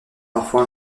parfois